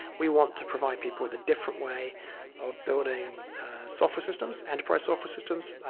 we want to provide people with a different way of building software systems, enterprise software systems,